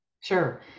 Sure